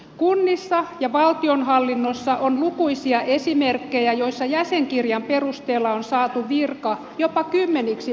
kunnissa ja valtionhallinnossa on lukuisia esimerkkejä joissa jäsenkirjan perusteella on saatu virka jopa kymmeniksi vuosiksi